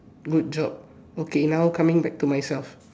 good job okay now coming back to myself